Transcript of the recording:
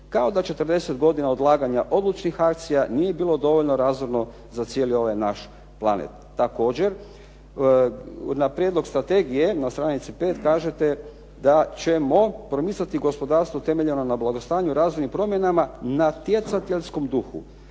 kao da 40 godina odlaganja odlučnih akcija nije bilo razumno za cijeli ovaj naš planet. Također, na prijedlog strategije na stranici 5. kažete da ćemo promicati gospodarstvo temeljeno na blagostanju, raznim promjenama, natjecateljskom duhu.